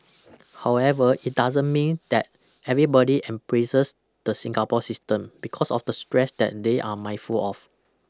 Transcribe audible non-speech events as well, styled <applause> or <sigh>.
<noise> however it doesn't mean that everybody embraces the Singapore system because of the stress that they are mindful of